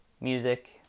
Music